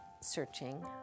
searching